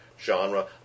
genre